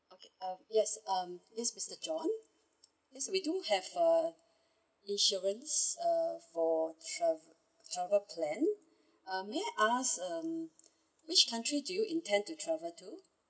okay uh yes um yes mister john yes we do have err insurance err for tra~ travel plan um may I ask uh which country do you intend to travel to